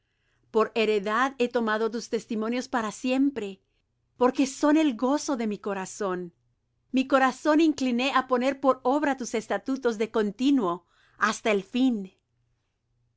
por heredad he tomado tus testimonios para siempre porque son el gozo de mi corazón mi corazón incliné á poner por obra tus estatutos de continuo hasta el fin los